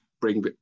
bring